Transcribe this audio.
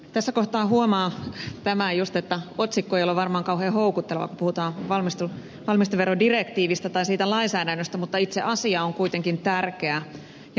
tässä kohtaa huomaa tämän just että otsikko ei ole varmaan kauhean houkutteleva kun puhutaan valmisteverodirektiivistä tai siitä lainsäädännöstä mutta itse asia on kuitenkin tärkeä ja mielenkiintoinen